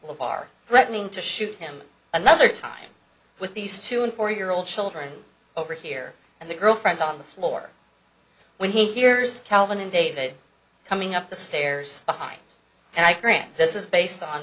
leave are threatening to shoot him another time with these two and four year old children over here and the girlfriend on the floor when he hears calvin and david coming up the stairs behind and i grant this is based on